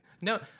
No